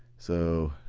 so,